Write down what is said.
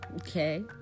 Okay